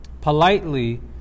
politely